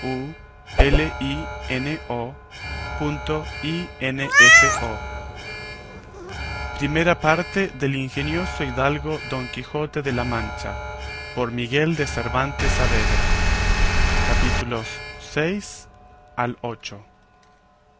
segunda parte del ingenioso caballero don quijote de la mancha por miguel de cervantes saavedra